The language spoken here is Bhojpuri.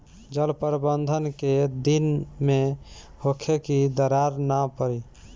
जल प्रबंधन केय दिन में होखे कि दरार न पड़ी?